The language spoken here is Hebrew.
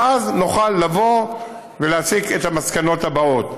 ואז נוכל להסיק את המסקנות הבאות.